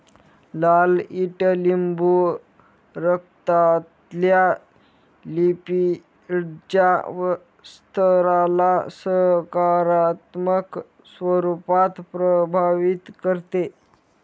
लाल ईडलिंबू रक्तातल्या लिपीडच्या स्तराला सकारात्मक स्वरूपात प्रभावित करते